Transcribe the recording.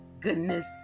goodness